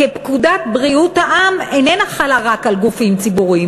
כי פקודת בריאות העם אינה חלה רק על גופים ציבוריים.